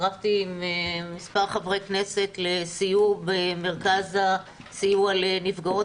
הצטרפתי עם מספר חברי כנסת לסיור במרכז הסיוע לנפגעות